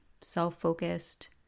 self-focused